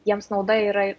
jiems nauda yra